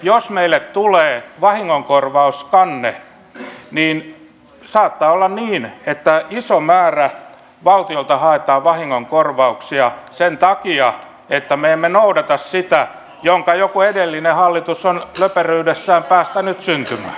jos meille tulee vahingonkorvauskanne niin saattaa olla niin että valtiolta haetaan iso määrä vahingonkorvauksia sen takia että me emme noudata sitä minkä joku edellinen hallitus on löperyydessään päästänyt syntymään